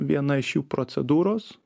viena iš jų procedūros